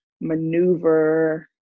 maneuver